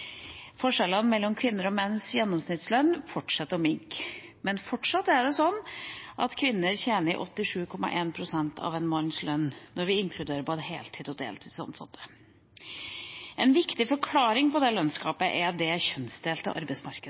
Forskjellene mellom kvinners og menns gjennomsnittslønn fortsetter å minke, men fortsatt er det sånn at kvinner tjener 87,1 pst. av en manns lønn når vi inkluderer både heltids- og deltidsansatte. En viktig forklaring på dette lønnsgapet er det kjønnsdelte arbeidsmarkedet